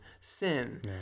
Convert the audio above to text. sin